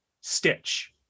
Stitch